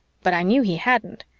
but i knew he hadn't,